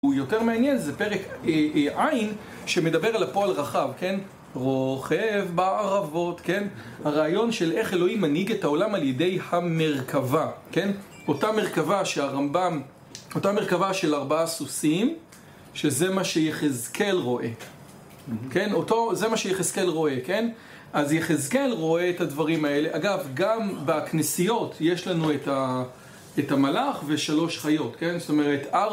הוא יותר מעניין, זה פרק ע', שמדבר על הפועל רכב, כן? רוכב בערבות, כן? הרעיון של איך אלוהים מנהיג את העולם על ידי המרכבה, כן? אותה מרכבה שהרמב״ם, אותה מרכבה של ארבעה סוסים, שזה מה שיחזקאל רואה, כן? אותו... זה מה שיחזקאל רואה, כן? אז יחזקאל רואה את הדברים האלה. אגב, גם בכנסיות יש לנו את המלאך ושלוש חיות, כן? זאת אומרת...